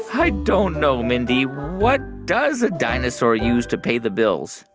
i don't know, mindy. what does a dinosaur use to pay the bills?